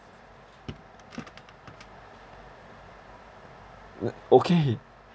uh okay